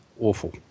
awful